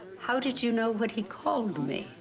how did you know what he called me?